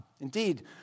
Indeed